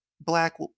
black